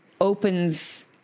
opens